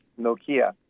Nokia